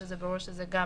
שברור שזה גם